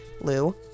Lou